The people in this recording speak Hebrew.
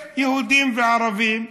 יהודים וערבים,